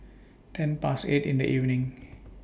ten Past eight in The evening